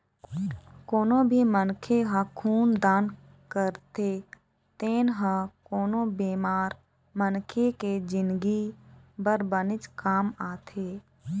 कोनो भी मनखे ह खून दान करथे तेन ह कोनो बेमार मनखे के जिनगी बर बनेच काम आथे